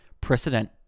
precedent